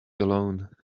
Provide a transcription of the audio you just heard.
alone